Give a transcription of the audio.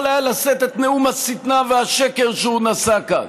לשאת את נאום השטנה והשקר שהוא נשא כאן,